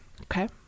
okay